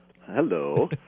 Hello